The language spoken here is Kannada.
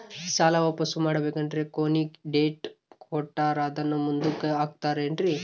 ಸಾಲ ವಾಪಾಸ್ಸು ಮಾಡಬೇಕಂದರೆ ಕೊನಿ ಡೇಟ್ ಕೊಟ್ಟಾರ ಅದನ್ನು ಮುಂದುಕ್ಕ ಹಾಕುತ್ತಾರೇನ್ರಿ?